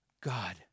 God